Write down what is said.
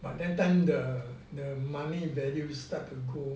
but that time the the money value start to grow